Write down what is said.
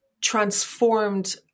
transformed